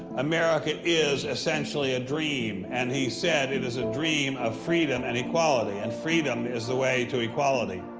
america is essentially a dream, and he said it is a dream of freedom and equality. and freedom is the way to equality.